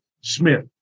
Smith